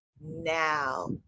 now